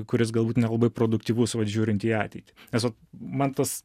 kuris galbūt nelabai produktyvus vat žiūrint į ateitį nes vat man tas